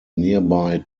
nearby